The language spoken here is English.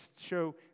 show